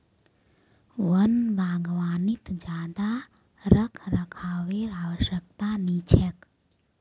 वन बागवानीत ज्यादा रखरखावेर आवश्यकता नी छेक